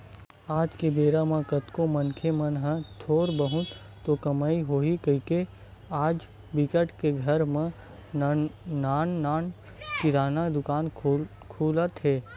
आज के बेरा म कतको मनखे मन ह थोर बहुत तो कमई होही कहिके आज बिकट के घर म नान नान किराना दुकान खुलत हे